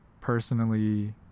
personally